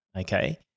okay